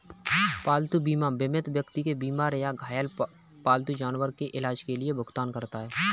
पालतू बीमा बीमित व्यक्ति के बीमार या घायल पालतू जानवर के इलाज के लिए भुगतान करता है